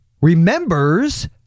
Remembers